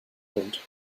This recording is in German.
mund